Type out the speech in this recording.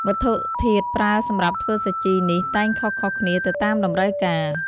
វត្ថុធាតុប្រើសម្រាប់ធ្វើសាជីនេះតែងខុសៗគ្នាទៅតាមតម្រូវការ។